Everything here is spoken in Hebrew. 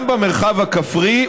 גם במרחב הכפרי,